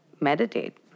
meditate